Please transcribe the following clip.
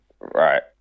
right